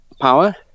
power